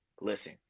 listen